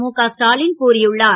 முக ஸ்டாலின் கூறியுள்ளார்